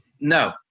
no